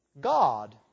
God